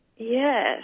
Yes